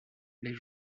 les